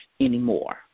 anymore